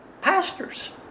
pastors